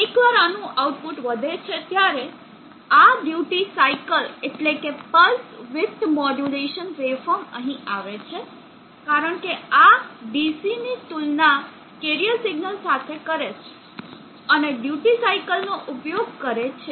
એકવાર આનું આઉટપુટ વધે છે ત્યારે આ ડ્યુટી સાઇકલ એટલે કે pulse width modulation wave form અહીં આવે છે કારણ કે આ ડીસી ની તુલના કેરિયર સિગ્નલ સાથે કરે છે અને ડ્યુટી સાઇકલ નો ઉપયોગ કરે છે